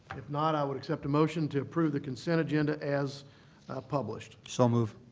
if not, i would accept a motion to approve the consent agenda as published. so moved.